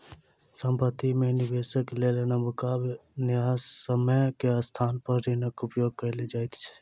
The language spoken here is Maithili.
संपत्ति में निवेशक लेल नबका न्यायसम्य के स्थान पर ऋणक उपयोग कयल जाइत अछि